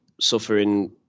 suffering